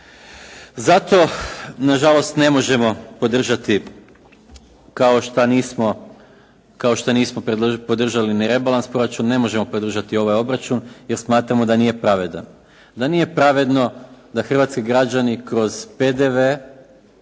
Zato na žalost ne možemo podržati kao što nismo podržali ni rebalans proračuna. Ne možemo podržati ovaj obračun jer smatramo da nije pravedan, … da nije pravedno da hrvatski građani kroz PDV